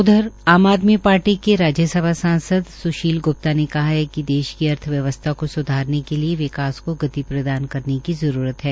उधर आम आदमी पाट्री के राज्यसभा सांसद स्शील ग्प्ता ने कहा है कि देश की अर्थव्यवसथा को स्धारने के लिए विकास को गति प्रदान करने की जरूरत है